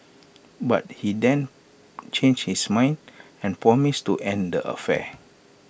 but he then changed his mind and promised to end the affair